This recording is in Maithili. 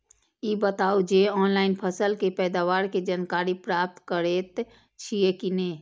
ई बताउ जे ऑनलाइन फसल के पैदावार के जानकारी प्राप्त करेत छिए की नेय?